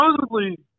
Supposedly